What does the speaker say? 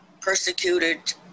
persecuted